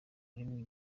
rurimi